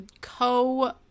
co